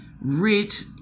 rich